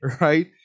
Right